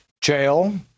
Jail